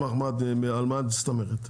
על מה את מסתמכת?